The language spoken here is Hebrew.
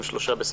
על